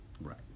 Right